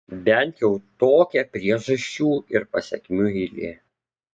bent jau tokia priežasčių ir pasekmių eilė